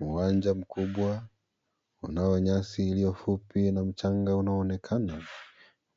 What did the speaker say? Uwanja mkubwa unao nyasi iliyo mfupi na mchanga unaonekana.